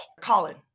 Colin